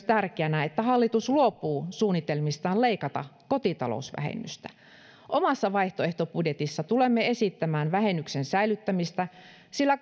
tärkeänä myös että hallitus luopuu suunnitelmistaan leikata kotitalousvähennystä omassa vaihtoehtobudjetissamme tulemme esittämään vähennyksen säilyttämistä sillä